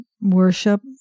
worship